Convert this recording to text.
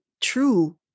true